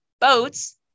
boats